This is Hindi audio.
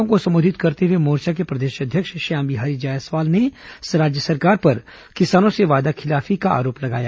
कार्यकर्ताओं को संबोधित करते हुए मोर्चा के प्रदेश अध्यक्ष श्यामबिहारी जायसवाल ने राज्य सरकार पर किसानों से वादाखिलाफी करने का आरोप लगाया